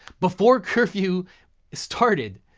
before curfew started,